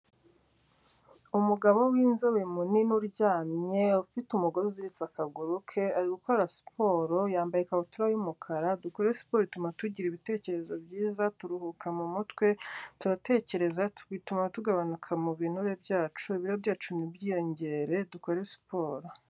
Umugabo w'inzobe munini uryamye ufite umugore uziziritse akaguru ke ari gukora siporo yambaye ikabutura y'umukara, dukore siporo ituma tugira ibitekerezo byiza, turuhuka mu mutwe, turatekereza, bituma tugabanuka mu binure byacu ibiro byacu ntibyiyongere, dukore siporo.